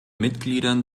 mitgliedern